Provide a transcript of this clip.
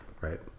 right